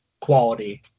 quality